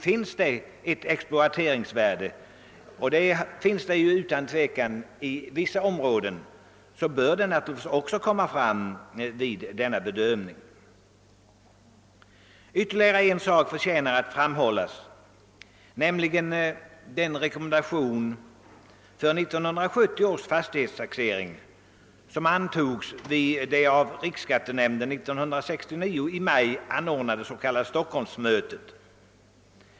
Finns det ett exploateringsvärde — och det gör det utan tvivel i vissa områden — bör det naturligtvis också komma fram vid bedömningen. Ytterligare en sak förtjänar att framhållas, nämligen den rekommendation för 1970 års fastighetstaxering som antogs vid det av riksskattenämnden i maj 1969 anordnade s.k. Stockholmsmötet.